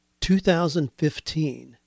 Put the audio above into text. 2015